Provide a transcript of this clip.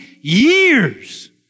years